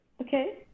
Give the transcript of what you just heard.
Okay